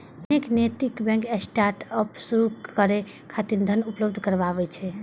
अनेक नैतिक bank startup शुरू करै खातिर धन उपलब्ध कराबै छै